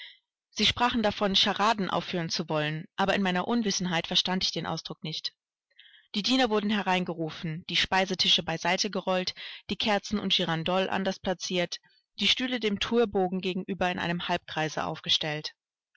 sie sprachen davon charadenaufführen zu wollen aber in meiner unwissenheit verstand ich den ausdruck nicht die diener wurden hereingerufen die speisetische beiseite gerollt die kerzen und girandoles anders plaziert die stühle dem thürbogen gegenüber in einem halbkreise aufgestellt